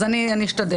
אני אשתדל.